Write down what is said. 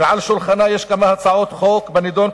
ועל שולחנה יש כמה הצעות חוק בנדון,